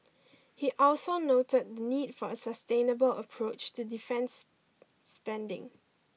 he also noted the need for a sustainable approach to defence spending